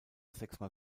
sechsmal